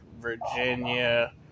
Virginia